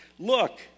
Look